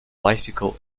bicycle